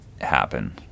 happen